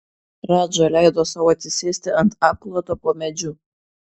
radža leido sau atsisėsti ant apkloto po medžiu